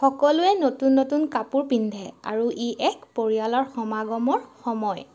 সকলোৱে নতুন নতুন কাপোৰ পিন্ধে আৰু ই এক পৰিয়ালৰ সমাগমৰ সময়